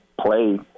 play